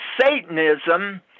Satanism